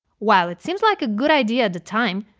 while it seems like a good idea at the time,